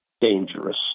dangerous